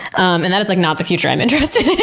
and that's like not the future i'm interested in.